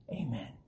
Amen